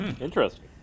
interesting